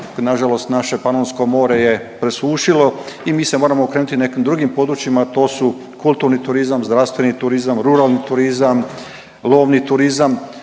Na žalost naše Panonsko more je presušilo i mi se moramo okrenuti nekim drugim područjima, a to su kulturni turizam, zdravstveni turizam, ruralni turizam, lovni turizam